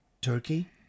turkey